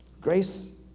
Grace